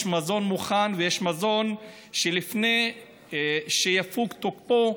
יש מזון מוכן ויש מזון שלפני שיפוג תוקפו,